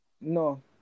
No